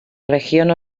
región